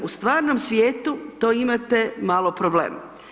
U stvarnom svijetu to imate malo problem.